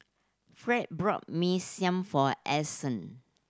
Fed bought Mee Siam for Allyson